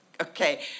okay